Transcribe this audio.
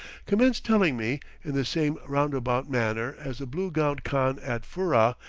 commence telling me, in the same roundabout manner as the blue-gowned khan at furrah,